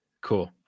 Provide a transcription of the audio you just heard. Cool